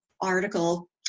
article